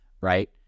right